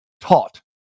taught